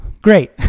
Great